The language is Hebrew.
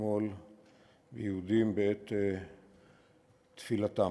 אתמול ביהודים בעת תפילתם.